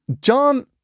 John